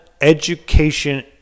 education